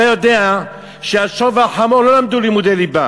אתה יודע שהשור והחמור לא למדו לימודי ליבה